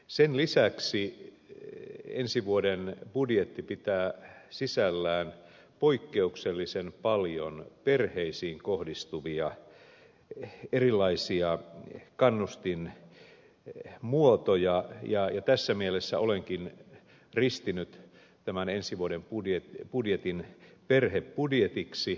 sen lisäksi ensi vuoden budjetti pitää sisällään poikkeuksellisen paljon perheisiin kohdistuvia erilaisia kannustinmuotoja ja tässä mielessä olenkin ristinyt tämän ensi vuoden budjetin perhebudjetiksi